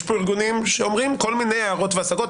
יש פה ארגונים שאומרים כל מיני הערות והשגות,